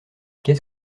qu’est